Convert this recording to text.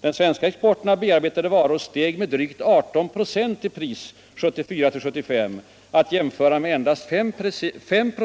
Den svenska exporten av bearbetade varor steg med drygt 18 6 1 pris 1974-75, alt jämföra med endast 5